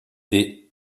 des